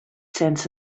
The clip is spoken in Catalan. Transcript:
sense